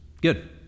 Good